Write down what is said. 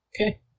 Okay